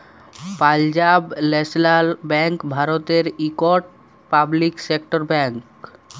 Punjab national bank ভারতের ইকট public sector bank